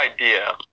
idea